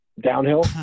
downhill